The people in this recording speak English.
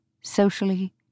socially